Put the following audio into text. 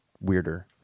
weirder